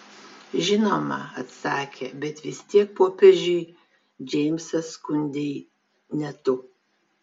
žinoma atsakė bet vis tiek popiežiui džeimsą skundei ne tu